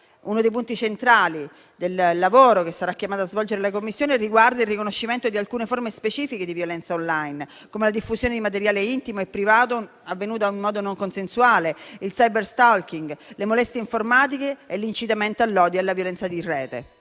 Uno dei punti centrali del lavoro che sarà chiamata a svolgere la Commissione riguarda il riconoscimento di alcune forme specifiche di violenza *on-line* come la diffusione di materiale intimo e privato avvenuta in modo non consensuale, il *cyberstalking*, le molestie informatiche e l'incitamento all'odio e alla violenza in Rete.